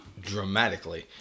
dramatically